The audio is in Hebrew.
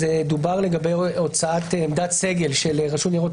דובר לגבי הוצאת עמדת סגל של רשות ניירות